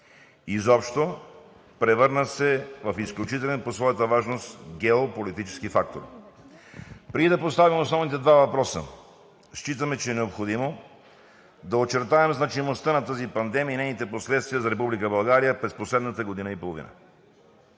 Изобщо превърна се в изключителен по своята важност геополитически фактор. Преди да поставим основните два въпроса, считаме, че е необходимо да очертаем значимостта на тази пандемия и нейните последствия за Република България през последната година и половина.